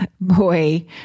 boy